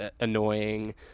annoying